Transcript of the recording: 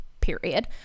period